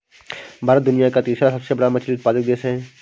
भारत दुनिया का तीसरा सबसे बड़ा मछली उत्पादक देश है